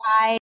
Bye